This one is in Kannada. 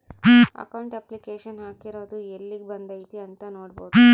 ಅಕೌಂಟ್ ಅಪ್ಲಿಕೇಶನ್ ಹಾಕಿರೊದು ಯೆಲ್ಲಿಗ್ ಬಂದೈತೀ ಅಂತ ನೋಡ್ಬೊದು